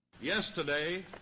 Yesterday